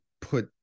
put